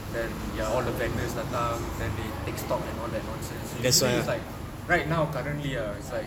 then ya all the vendors datang then they take stock and all that nonsense usually it's like right now currently ah is like